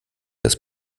das